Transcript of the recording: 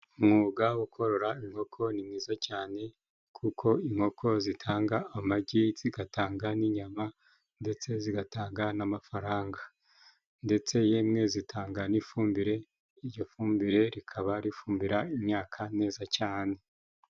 Umwuga wo korora inkoko ni mwiza cyane kuko inkoko zitanga amagi, zigatanga n'inyama, ndetse zigatanga n'amafaranga. Ndetse yemwe zitanga n'ifumbire, iryo fumbire rikaba rifumbira imyaka neza cyane,